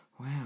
Wow